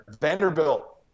Vanderbilt